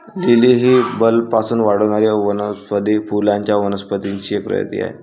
lily ही बल्बपासून वाढणारी वनौषधी फुलांच्या वनस्पतींची एक प्रजाती आहे